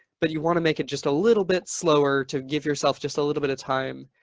but you want to make it just a little bit slower to give yourself just a little bit of time,